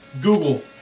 Google